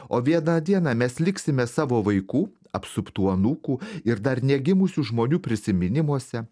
o vieną dieną mes liksime savo vaikų apsuptų anūkų ir dar negimusių žmonių prisiminimuose